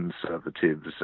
Conservatives